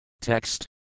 Text